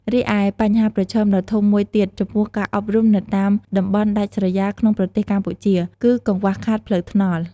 រីឯបញ្ហាប្រឈមដ៏ធំមួយទៀតចំពោះការអប់រំនៅតាមតំបន់ដាច់ស្រយាលក្នុងប្រទេសកម្ពុជា គឺកង្វះខាតផ្លូវថ្នល់។